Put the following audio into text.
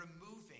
removing